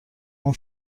اون